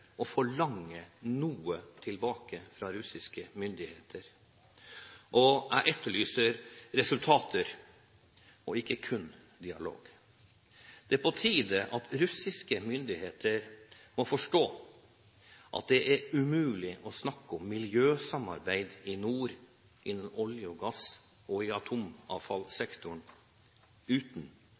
å forlange noe tilbake fra russiske myndigheter. Jeg etterlyser resultater, og ikke kun dialog. Det er på tide at russiske myndigheter forstår at det er umulig å snakke om miljøsamarbeid i nord innen olje og gass, og i atomavfallssektoren, uten